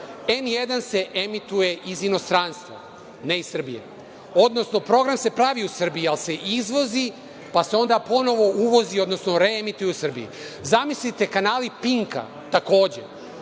N1 se emituje iz inostranstva, ne iz Srbije, odnosno program se pravi u Srbiji, ali se izvozi, pa se onda ponovo uvozi, odnosno reemituje u Srbiji. Zamislite, kanali „Pinka“ takođe